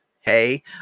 Hey